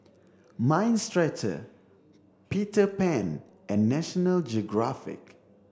mind Stretcher Peter Pan and National Geographic